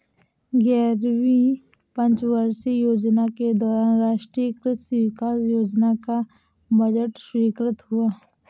ग्यारहवीं पंचवर्षीय योजना के दौरान राष्ट्रीय कृषि विकास योजना का बजट स्वीकृत हुआ